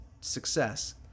success